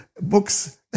books